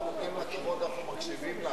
אנחנו נותנים לה כבוד, אנחנו מקשיבים לה.